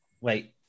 wait